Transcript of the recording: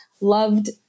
loved